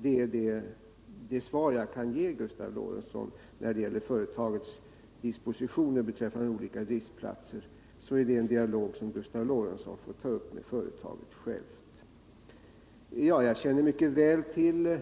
Detta är det svar jag kan ge Gustav Lorentzon om företagets dispositioner beträffande olika driftplatser. Det är en dialog som Gustav Lorentzon får ta upp med företaget. Jag känner mycket väl till